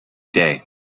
day